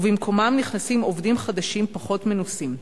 ובמקומם נכנסים עובדים חדשים, פחות מנוסים.